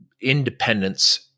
independence